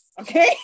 Okay